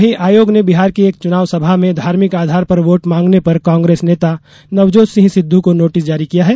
वहीं आयोग ने बिहार की एक चुनाव सभा में धार्मिक आधार पर वोट मांगने पर कांग्रेस नेता नवजोत सिंह सिद्धू को नोटिस जारी किया है